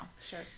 Sure